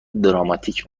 دراماتیک